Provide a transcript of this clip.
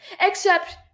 Except-